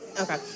Okay